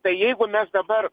tai jeigu mes dabar